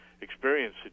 Experience